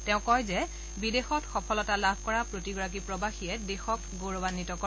তেওঁ কয় যে বিদেশত সফলতা লাভ কৰা প্ৰতিগৰাকী প্ৰবাসীয়ে দেশক গৌৰৱাম্বিত কৰে